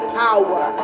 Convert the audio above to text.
power